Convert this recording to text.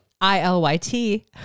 I-L-Y-T